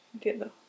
Entiendo